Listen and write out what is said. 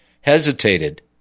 hesitated